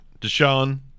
deshaun